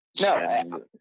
No